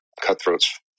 cutthroats